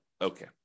okay